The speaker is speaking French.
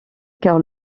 car